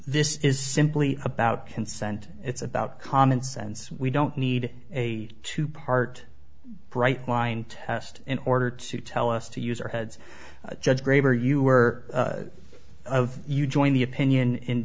this is simply about consent it's about common sense we don't need a two part bright line test in order to tell us to use our heads judge graber you were of you join the opinion in